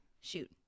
shoot